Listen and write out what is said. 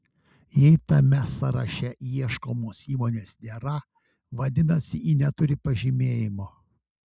jei tame sąraše ieškomos įmonės nėra vadinasi ji neturi pažymėjimo